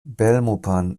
belmopan